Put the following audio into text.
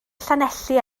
llanelli